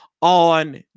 on